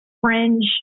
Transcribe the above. fringe